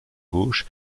gauche